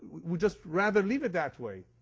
we just rather leave it that way.